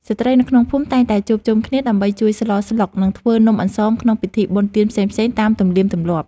ស្ត្រីនៅក្នុងភូមិតែងតែជួបជុំគ្នា ដើម្បីជួយស្លស្លុក និងធ្វើនំអន្សមក្នុងពិធីបុណ្យទានផ្សេងៗតាមទំនៀមទម្លាប់។